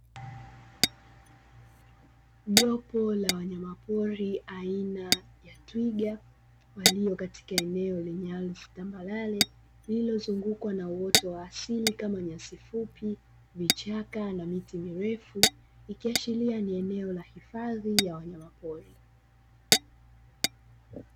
Jopo la wanyama pori aina ya twiga ,walio katika eneo lenye ardhi tambarare, lililozungukwa na uoto wa asili kama nyasi fupi, vichaka na miti mirefu, likiashiria ni eneo la hifadhi ya wanyama pori.